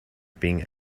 being